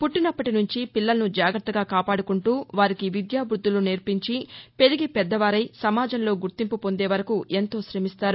పుట్లినప్పటి నుంచి పిల్లలను జాగ్రత్తగా కాపాడుకుంటూ వారికి విద్యాబుద్గులు నేర్పించి పెరిగి పెద్దవారై సమాజంలో గుర్తింపు పొందే వరకు ఎంతో శమిస్తారు